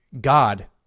God